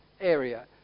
area